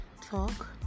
talk